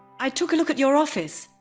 i took a look at your office.